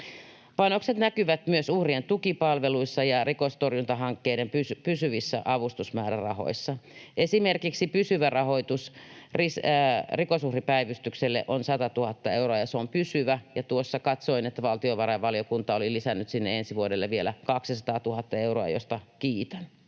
Panokset näkyvät myös uhrien tukipalveluissa ja rikostorjuntahankkeiden pysyvissä avustusmäärärahoissa. Esimerkiksi pysyvä rahoitus Rikosuhripäivystykselle on 100 000 euroa — se on pysyvä — ja tuossa katsoin, että valtiovarainvaliokunta oli lisännyt sinne ensi vuodelle vielä 200 000 euroa, mistä kiitän.